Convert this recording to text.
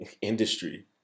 industry